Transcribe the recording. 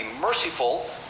merciful